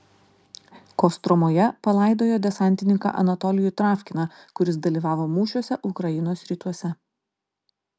kostromoje palaidojo desantininką anatolijų travkiną kuris dalyvavo mūšiuose ukrainos rytuose